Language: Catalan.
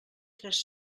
tres